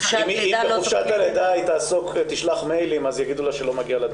ואם בחופשת הלידה היא תשלח מיילים אז יגידו לה שלא מגיע לה דמי לידה.